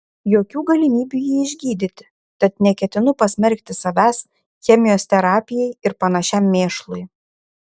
jokių galimybių jį išgydyti tad neketinu pasmerkti savęs chemijos terapijai ir panašiam mėšlui